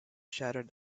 shattered